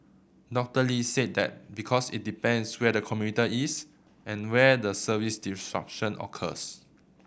Doctor Lee said that because it depends where the commuter is and where the service disruption occurs